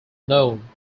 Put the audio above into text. known